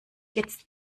jetzt